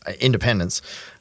independence